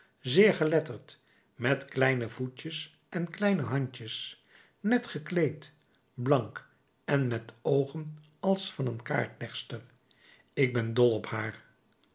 zeer geletterd met kleine voetjes en kleine handjes net gekleed blank en met oogen als van een kaartlegster ik ben dol op haar